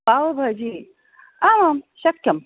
पावभाजी आं शक्यम्